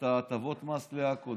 את הטבות המס לעכו.